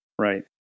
Right